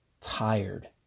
tired